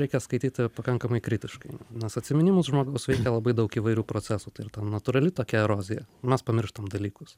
reikia skaityti pakankamai kritiškai nes atsiminimus žmogaus veikia labai daug įvairių procesų tai ir ta natūrali tokia erozija mes pamirštam dalykus